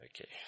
Okay